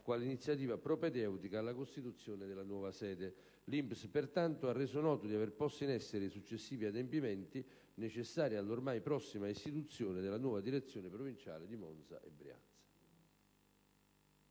quale iniziativa propedeutica alla costituzione della nuova sede. L'INPS, pertanto, ha reso noto di aver posto in essere i successivi adempimenti necessari alla ormai prossima istituzione della nuova direzione provinciale di Monza e Brianza.